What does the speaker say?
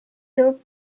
tap